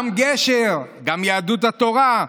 גם גשר, גם יהדות התורה.